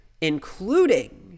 including